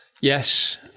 Yes